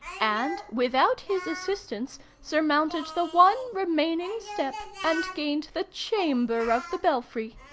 and, without his assistance, surmounted the one remaining step, and gained the chamber of the belfry.